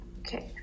Okay